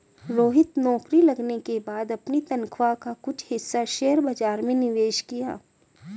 रोहित नौकरी लगने के बाद अपनी तनख्वाह का कुछ हिस्सा शेयर बाजार में निवेश किया